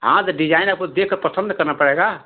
हाँ तो डिजाइन आपको देख के पसंद करना पड़ेगा